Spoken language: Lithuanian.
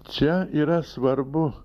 čia yra svarbu